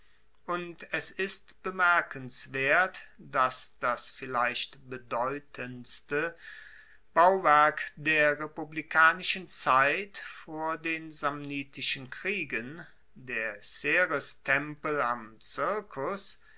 und es ist bemerkenswert dass das vielleicht bedeutendste bauwerk der republikanischen zeit vor den samnitischen kriegen der cerestempel am circus